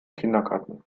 kindergarten